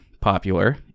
popular